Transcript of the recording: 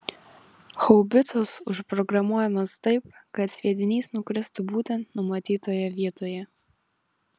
haubicos užprogramuojamos taip kad sviedinys nukristų būtent numatytoje vietoje